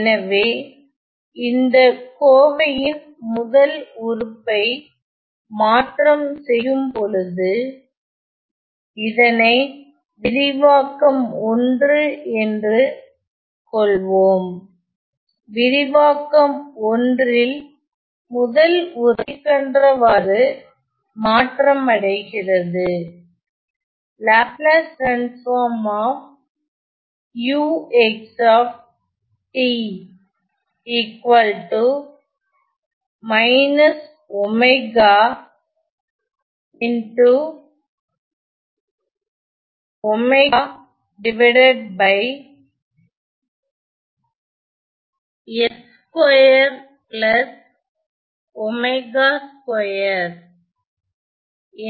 எனவே இந்த கோவையின் முதல் உறுப்பை மாற்றம் செய்யும் பொழுது இதனை விரிவாக்கம்1 என்று கொள்வோம் விரிவாக்கம் 1 இல் முதல் உறுப்பு கீழ்கண்டவாறு மாற்றமடைகிறது